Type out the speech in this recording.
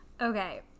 Okay